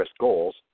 goals